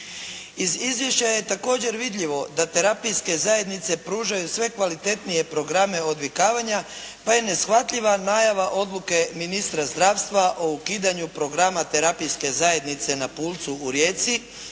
Iz izvješća je također vidljivo da terapijske zajednice pružaju sve kvalitetnije programe odvikavanja pa je neshvatljiva najava odluke ministra zdravstva o ukidanju programa terapijske zajednice na "Pulcu" u Rijeci